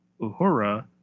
uhura